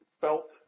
felt